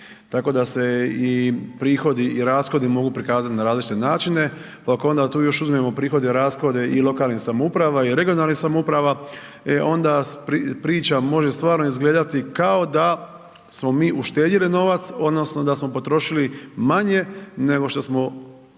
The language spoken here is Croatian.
tako da se i prihodi i rashodi mogu prikazat na različite načine, pa ako onda tu još uzmemo prihode i rashode i lokalnim samoupravama i regionalnim samoupravama, e onda priča može stvarno izgledati kao da smo mi uštedjeli novac odnosno da smo potrošili manje nego što smo